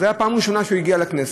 זאת הייתה הפעם הראשונה שהוא הגיע לכנסת.